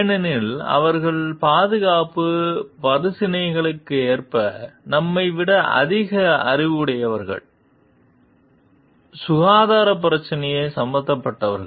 ஏனெனில் அவர்கள் பாதுகாப்பு பிரச்சினைகளுக்கேற்ப நம்மை விட அதிக அறிவுடையவர்கள் சுகாதார பிரச்சினைகள் சம்பந்தப்பட்டவர்கள்